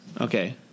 Okay